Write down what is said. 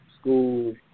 school